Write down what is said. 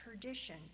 perdition